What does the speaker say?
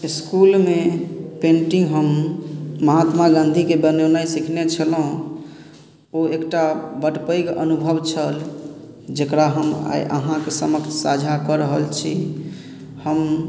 इसकुलमे पेन्टिंग हम महात्मा गाँधीके बनेनाइ सिखने छलहुॅं ओ एकटा बड पैघ अनुभव छल जेकरा हम आइ अहाँके समक्ष साझा कऽ रहल छी हम